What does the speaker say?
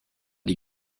die